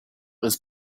was